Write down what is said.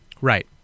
Right